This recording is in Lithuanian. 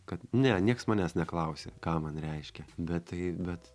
kad ne nieks manęs neklausė ką man reiškia bet tai bet